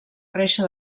reixa